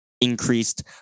increased